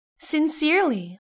Sincerely